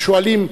השואלים,